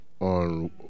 on